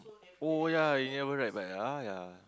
oh ya we never write back ah ya